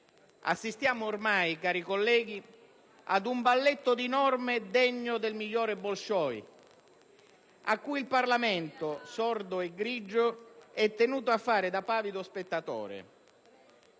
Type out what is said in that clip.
Assistiamo ormai, cari colleghi, ad un balletto di norme degno del migliore Bolshoi, a cui il Parlamento, sordo e grigio, è tenuto a fare da pallido spettatore.